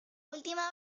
última